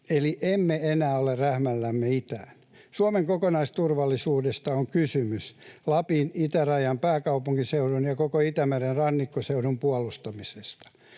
eli emme enää ole rähmällämme itään. Suomen kokonaisturvallisuudessa on kysymys Lapin, itärajan, pääkaupunkiseudun ja koko Itämeren rannikkoseudun puolustamisesta.